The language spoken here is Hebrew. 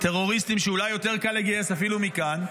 טרוריסטים שאולי יותר קל לגייס אפילו מכאן,